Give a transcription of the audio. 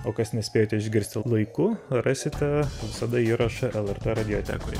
o kas nespėjote išgirsti laiku rasite visada įraše lrt radiotekoje